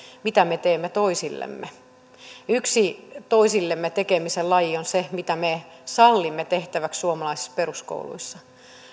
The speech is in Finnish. mitä me teemme toisillemme yksi toisillemme tekemisen laji on se mitä me sallimme tehtäväksi suomalaisissa peruskouluissa